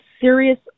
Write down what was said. serious